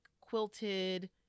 quilted